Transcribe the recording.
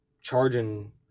charging